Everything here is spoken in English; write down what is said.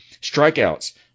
Strikeouts